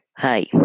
Hi